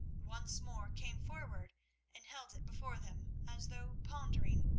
once more came forward and held it before them as though pondering.